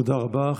תודה רבה.